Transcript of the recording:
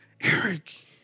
Eric